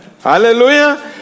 Hallelujah